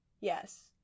Yes